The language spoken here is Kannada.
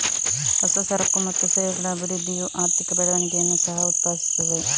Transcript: ಹೊಸ ಸರಕು ಮತ್ತು ಸೇವೆಗಳ ಅಭಿವೃದ್ಧಿಯು ಆರ್ಥಿಕ ಬೆಳವಣಿಗೆಯನ್ನು ಸಹ ಉತ್ಪಾದಿಸುತ್ತದೆ